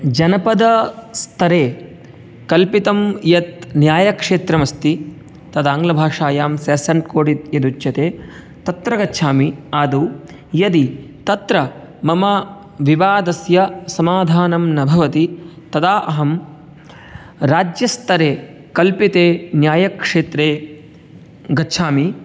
जनपदस्तरे कल्पितं यत् न्यायक्षेत्रमस्ति तद् आङ्ग्लभाषायां सेशन् कोर्ट् यद् उच्यते तत्र गच्छामि आदौ यदि तत्र मम विवादस्य समाधानं न भवति तदा अहं राज्यस्तरे कल्पिते न्यायक्षेत्रे गच्छामि